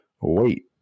Wait